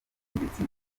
ubutegetsi